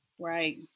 Right